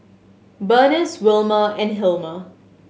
Bernice Wilmer and Hilmer